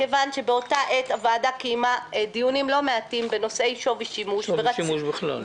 מכיוון שבאותה עת הוועדה קיימה דיונים לא מעטים בנושאי שווי שימוש בכלל,